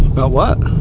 about what?